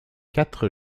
quatre